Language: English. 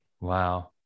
Wow